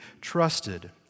trusted